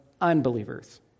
unbelievers